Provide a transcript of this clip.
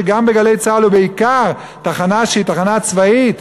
שגם ב"גלי צה"ל" ובעיקר תחנה שהיא תחנה צבאית,